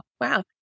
wow